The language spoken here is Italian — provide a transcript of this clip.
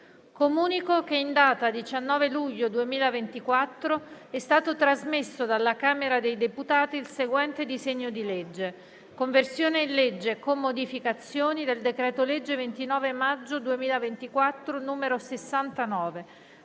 Comunico che in data 19 luglio 2024 è stato trasmesso dalla Camera dei deputati il seguente disegno di legge: «Conversione in legge, con modificazioni, del decreto-legge 29 maggio 2024, n. 69,